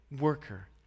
worker